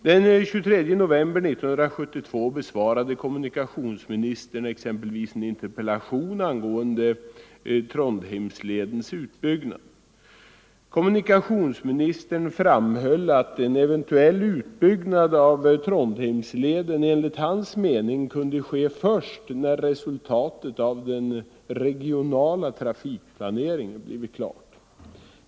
Den 23 november 1972 besvarade kommunikationsministern en interpellation angående Trondheimsledens utbyggnad. Han framhöll att en eventuell utbyggnad av Trondheimsleden enligt hans mening kunde ske först när resultatet av den regionala trafikplaneringen blivit klart.